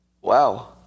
Wow